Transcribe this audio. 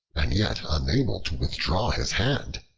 and yet unable to withdraw his hand,